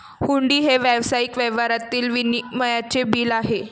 हुंडी हे व्यावसायिक व्यवहारातील विनिमयाचे बिल आहे